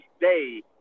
day –